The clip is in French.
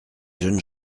jeunes